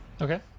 Okay